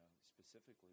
specifically